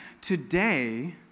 Today